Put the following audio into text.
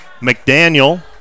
mcdaniel